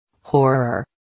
Horror